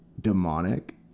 demonic